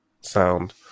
Sound